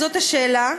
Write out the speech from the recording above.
זאת השאלה.